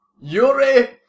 Yuri